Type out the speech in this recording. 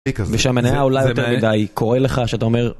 ושהמניה עולה יותר מדי קורה לך שאתה אומר